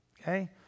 Okay